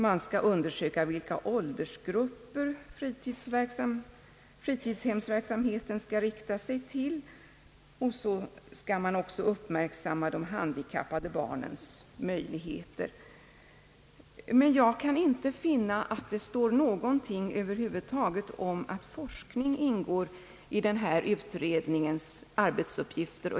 Man bör undersöka vilka åldersgrupper fritidshemsverksamheten skall rikta sig till, och man skall också uppmärksamma de handikappade barnens möjligheter. Men jag kan inte finna att det står någonting över huvud taget om att forskning ingår i denna utrednings arbetsuppgifter.